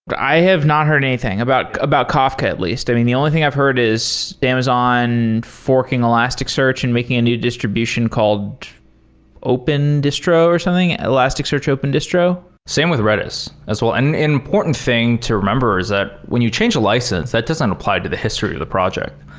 but i have not heard anything about about kafka at least. i mean, the only thing i've heard is amazon forking elasticsearch and making a new distribution called open distro or something, elasticsearch open distro. same with redis as well. an important thing to remember is that ah when you change a license, that doesn't apply to the history of the project.